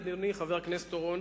אדוני חבר הכנסת אורון,